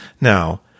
Now